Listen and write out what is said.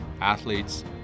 athletes